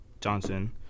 Johnson